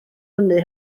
hynny